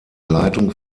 leitung